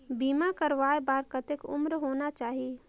बीमा करवाय बार कतेक उम्र होना चाही?